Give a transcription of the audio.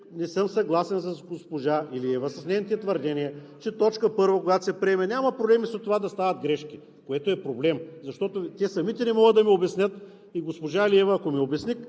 не съм съгласен с госпожа Илиева, с нейните твърдения, че когато се приеме т. 1, няма проблеми след това да стават грешки, което е проблем. Защото те самите не могат да ми обяснят. И госпожа Илиева ако ми обясни